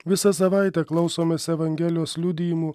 visą savaitę klausomės evangelijos liudijimų